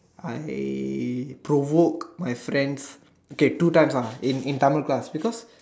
I provoke my friend's K two times lah in in Tamil class because